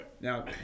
Now